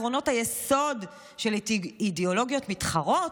עקרונות היסוד של אידיאולוגיות מתחרות,